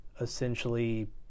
essentially